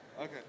Okay